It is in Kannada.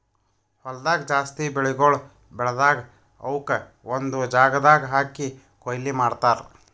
ಹೊಲ್ದಾಗ್ ಜಾಸ್ತಿ ಬೆಳಿಗೊಳ್ ಬೆಳದಾಗ್ ಅವುಕ್ ಒಂದು ಜಾಗದಾಗ್ ಹಾಕಿ ಕೊಯ್ಲಿ ಮಾಡ್ತಾರ್